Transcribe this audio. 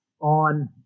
on